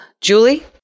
Julie